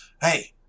Hey